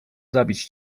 zabić